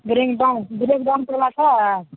brake dance break डान्सवला छै